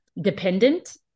dependent